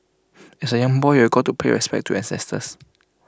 as A young boy you've got to pay respects to your ancestors